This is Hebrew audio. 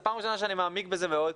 זו פעם ראשונה שאני מעמיק בזה מאוד,